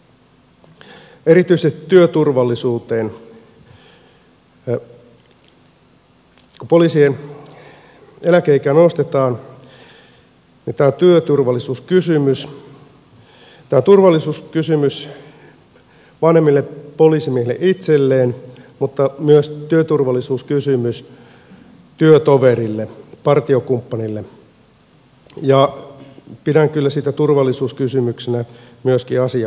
kun poliisien eläkeikää nostetaan tulee tämä työturvallisuuskysymys tämä turvallisuuskysymys vanhemmille poliisimiehille itselleen mutta myös työturvallisuuskysymys työtoverille partiokumppanille ja pidän kyllä sitä turvallisuuskysymyksenä myöskin asiakkaille